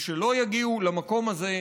ולא שיגיעו למקום הזה,